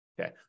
okay